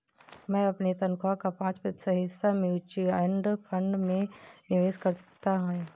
मैं अपनी तनख्वाह का पाँच प्रतिशत हिस्सा म्यूचुअल फंड में निवेश करता हूँ